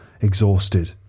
exhausted